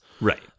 Right